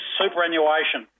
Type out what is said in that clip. superannuation